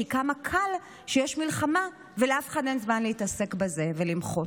כי כמה קל שיש מלחמה ולאף אחד אין זמן להתעסק בזה ולמחות.